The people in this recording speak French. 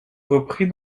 repris